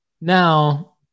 now